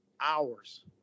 hours